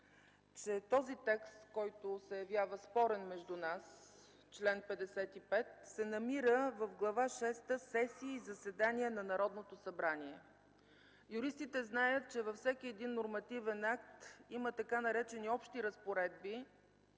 че този текст, който се явява спорен между нас – чл. 55, се намира в Глава шеста „Сесии и заседания на Народното събрание”. Юристите знаят, че във всеки един нормативен акт има така наречени Общи разпоредби,